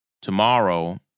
tomorrow